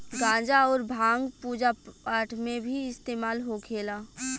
गांजा अउर भांग पूजा पाठ मे भी इस्तेमाल होखेला